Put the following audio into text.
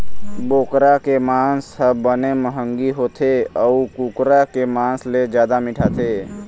बोकरा के मांस ह बने मंहगी होथे अउ कुकरा के मांस ले जादा मिठाथे